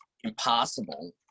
impossible